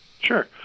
sure